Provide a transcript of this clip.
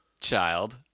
child